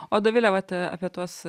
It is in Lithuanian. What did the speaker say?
o dovile vat apie tuos